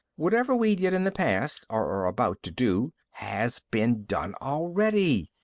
whatever we did in the past or are about to do has been done already.